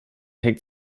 hängt